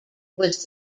was